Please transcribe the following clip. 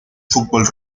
fútbol